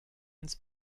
ins